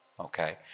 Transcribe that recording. Okay